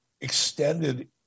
extended